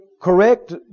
correct